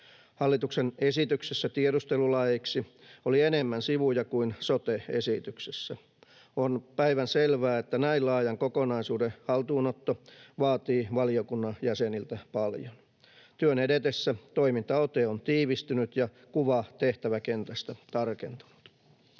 Hallituksen esityksessä tiedustelulaeiksi oli enemmän sivuja kuin sote-esityksessä. On päivänselvää, että näin laajan kokonaisuuden haltuunotto vaatii valiokunnan jäseniltä paljon. Työn edetessä toimintaote on tiivistynyt ja kuva tehtäväkentästä tarkentunut.